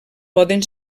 poden